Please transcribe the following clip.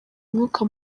umwuka